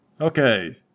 Okay